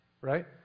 right